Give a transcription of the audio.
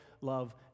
love